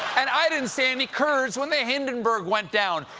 and i didn't see any kurds when the hindenburg went down.